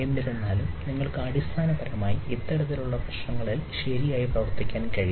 എന്നിരുന്നാലും നിങ്ങൾക്ക് അടിസ്ഥാനപരമായി ഇത്തരത്തിലുള്ള പ്രശ്നങ്ങളിൽ ശരിയായി പ്രവർത്തിക്കാൻ കഴിയും